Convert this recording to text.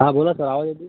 हां बोला सर आवाज येतो आहे